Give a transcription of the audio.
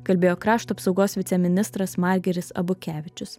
kalbėjo krašto apsaugos viceministras margiris abukevičius